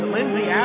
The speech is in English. Lindsay